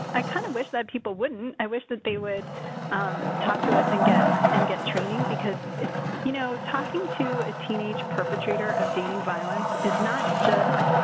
i kind of wish that people wouldn't. i wish that they would talk to us and get and get training because it's, you know. talking to a teenage perpetrator of dating violence is not just